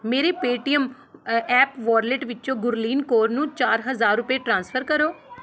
ਮੇਰੇ Paytm app wallet ਵਿੱਚੋਂ ਗੁਰਲੀਨ ਕੌਰ ਨੂੰ ਚਾਰ ਹਜ਼ਾਰ ਰੁਪਏ ਟ੍ਰਾਂਸਫਰ ਕਰੋ